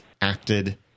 acted